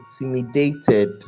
intimidated